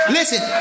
Listen